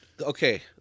Okay